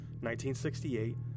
1968